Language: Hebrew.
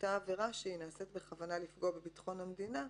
אותה עבירה שנעשית בכוונה לפגוע בביטחון המדינה.